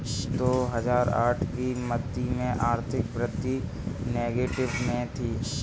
दो हजार आठ की मंदी में आर्थिक वृद्धि नेगेटिव में थी